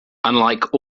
unlike